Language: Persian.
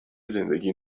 زندگی